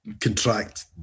contract